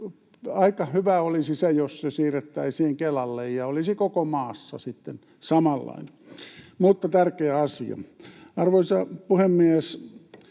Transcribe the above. Aika hyvä olisi, jos se siirrettäisiin Kelalle ja olisi koko maassa sitten samanlainen. Mutta tärkeä asia. Arvoisa puhemies!